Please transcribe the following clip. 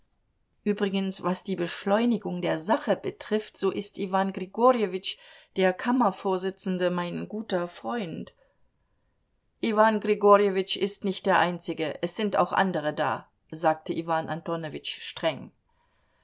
übrigens was die beschleunigung der sache betrifft so ist iwan grigorjewitsch der kammervorsitzende mein guter freund iwan grigorjewitsch ist nicht der einzige es sind auch andere da sagte iwan antonowitsch streng